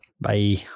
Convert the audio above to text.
Bye